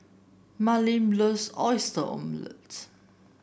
Marleen loves Oyster Omelette